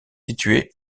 située